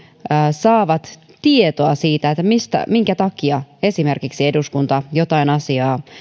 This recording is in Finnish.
saavat tietoa siitä minkä takia esimerkiksi eduskunta jotain asiaa